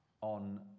on